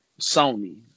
Sony